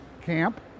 camp